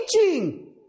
teaching